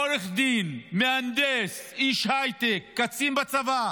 עורך דין, מהנדס, איש הייטק, קצין בצבא,